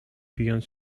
bijąc